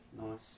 Nice